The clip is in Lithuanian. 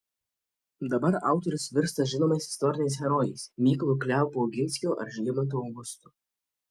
dabar autorius virsta žinomais istoriniais herojais mykolu kleopu oginskiu ar žygimantu augustu